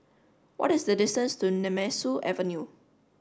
what is the distance to Nemesu Avenue